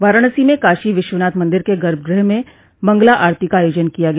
वाराणसी में काशी विश्वनाथ मंदिर के गर्भगृह में मंगला आरती का आयोजन किया गया